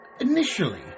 Initially